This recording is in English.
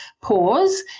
pause